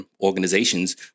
organizations